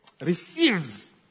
receives